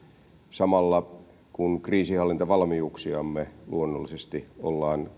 samalla kun kriisinhallintavalmiuksiamme luonnollisesti ollaan